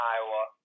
Iowa